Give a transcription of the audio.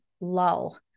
lull